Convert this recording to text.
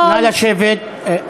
ויכול" השר אקוניס, נא לשבת.